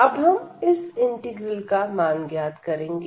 अब हम इस इंटीग्रल का मान ज्ञात करेंगे